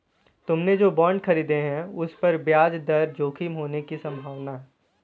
तुमने जो बॉन्ड खरीदे हैं, उन पर ब्याज दर जोखिम होने की संभावना है